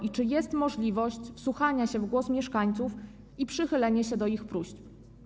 I czy jest możliwość wsłuchania się w głos mieszkańców i przychylenia się do ich próśb?